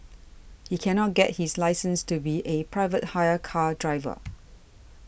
he cannot get his license to be a private hire car driver